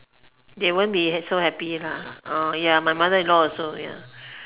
they won't be so happy lah ah ya my mother in law also ya